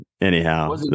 anyhow